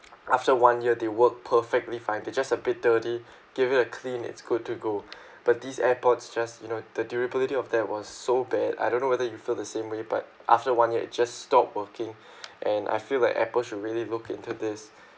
after one year they work perfectly fine they just a bit dirty give it a clean it's good to go but these airpods just you know the durability of that was so bad I don't know whether you feel the same way but after one year it just stop working and I feel like Apple should really look into this